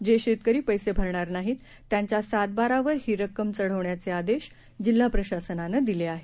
जे शेतकरी पैसे भरणार नाहीत त्यांच्या सातबारावर ही रक्कम चढवण्याचे आदेश जिल्हा प्रशासनानं दिले आहेत